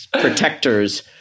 protectors